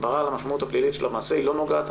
הסברה על המשמעות הפלילית של המעשה לא נוגע רק